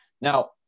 now